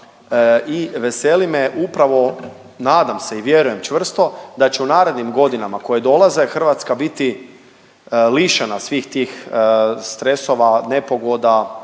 I veseli me upravo nadam se i vjerujem čvrsto da će u narednim godinama koje dolaze Hrvatska biti lišena svih tih stresova, nepogoda,